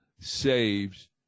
saves